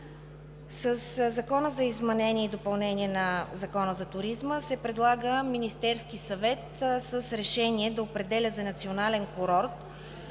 Със Закона за изменение и допълнение на Закона за туризма се предлага Министерският съвет с решение да определя за национален курорт